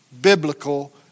biblical